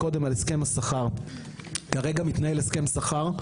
היא דיברה קודם על הסכם השכר; מתנהל כרגע הסכם שכר,